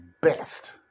best